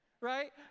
Right